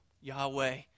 Yahweh